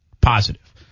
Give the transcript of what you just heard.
positive